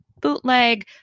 Bootleg